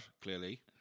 clearly